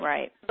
Right